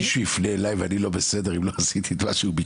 מישהו יפנה אליי ואני לא בסדר אם לא עשיתי את מה שהוא ביקש?